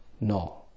no